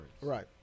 Right